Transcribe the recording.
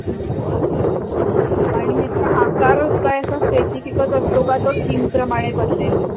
बरं बरं आणि ह्याच्या आकार काय असा स्पेसिफिकच असतो का तो थीमप्रमाणे बदलेल